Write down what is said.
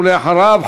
ואחריו,